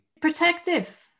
protective